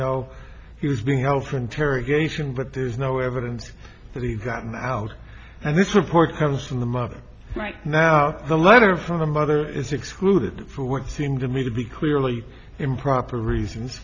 well he was being held for interrogation but there's no evidence that he's gotten out and this report comes from the mother right now the letter from the mother is excluded for what seemed to me to be clearly improper reasons